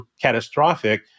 catastrophic